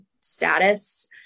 status